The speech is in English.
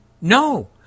No